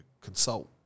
consult